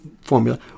formula